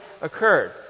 occurred